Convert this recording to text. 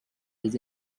was